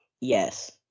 Yes